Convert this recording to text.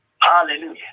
Hallelujah